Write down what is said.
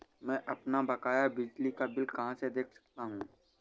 मैं अपना बकाया बिजली का बिल कहाँ से देख सकता हूँ?